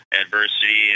adversity